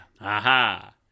Aha